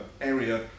area